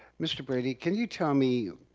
mr. brady, can you tell me,